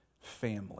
family